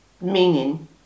meaning